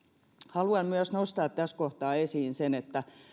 haluan myös nostaa tässä kohtaa esiin sen että